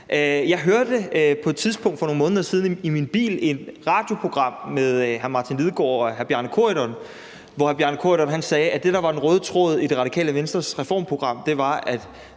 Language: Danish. tidspunkt for nogle måneder siden i min bil et radioprogram med hr. Martin Lidegaard og hr. Bjarne Corydon, hvor hr. Bjarne Corydon sagde, at det, der var den røde tråd i Radikale Venstres reformprogram, var, at